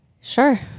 Sure